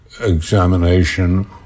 examination